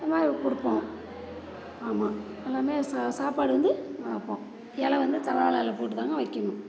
இதுமாதிரி கொடுப்போம் ஆமாம் எல்லாமே ச சாப்பாடு வந்து வைப்போம் இலை வந்து தலவாழை இலை போட்டு தாங்க வைக்கணும்